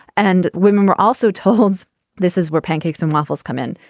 and women were also told this is where pancakes and waffles come in.